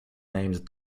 named